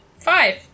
five